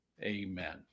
amen